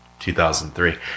2003